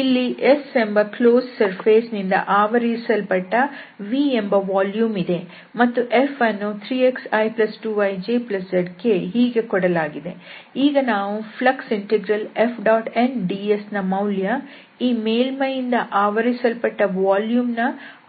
ಇಲ್ಲಿ S ಎಂಬ closed surface ನಿಂದ ಆವರಿಸಲ್ಪಟ್ಟ V ಎಂಬ ವಾಲ್ಯೂಮ್ ಇದೆ ಮತ್ತು Fಅನ್ನು 3xi2yjzk ಹೀಗೆ ಕೊಡಲಾಗಿದೆ ಈಗ ನಾವು ಫ್ಲಕ್ಸ್ ಇಂಟೆಗ್ರಲ್ Fnds ನ ಮೌಲ್ಯ ಈ ಮೇಲ್ಮೈಯಿಂದ ಆವರಿಸಲ್ಪಟ್ಟ ವಾಲ್ಯೂಮ್ ನ